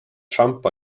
trump